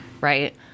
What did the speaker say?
right